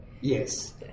Yes